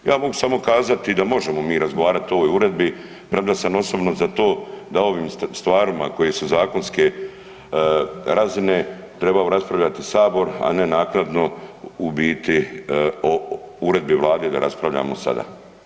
Ja mogu samo kazati da možemo mi razgovarati o ovoj Uredbi, premda sam osobno za to da o ovim stvarima koje su zakonske razine, treba raspravljati Sabor, a ne naknadno u biti o uredbi Vlade da raspravljamo sada.